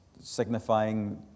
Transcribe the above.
signifying